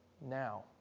Now